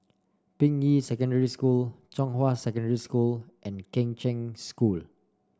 Ping Yi Secondary School Zhonghua Secondary School and Kheng Cheng School